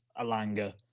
Alanga